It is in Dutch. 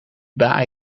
baai